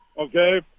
okay